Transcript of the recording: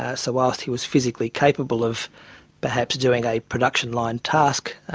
ah so whilst he was physically capable of perhaps doing a production line task,